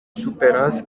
superas